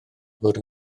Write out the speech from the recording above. fod